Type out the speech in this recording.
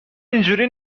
اینجوری